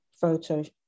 photos